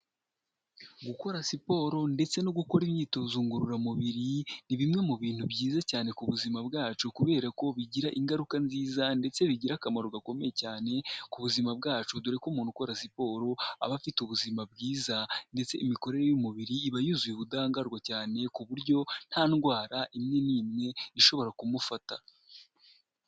Gukora siporo ndetse no gukora imyitozo ngororamubiri ni bimwe mu bintu byiza cyane ku buzima bwacu, kubera ko bigira ingaruka nziza ndetse bigira akamaro gakomeye cyane ku buzima bwacu; dore ko umuntu ukora siporo aba afite ubuzima bwiza, ndetse imikorere y'umubiri, iba yuzuye ubudahangarwa cyane ku buryo nta ndwara imwe n'imwe ishobora kumufata.